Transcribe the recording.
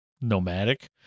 nomadic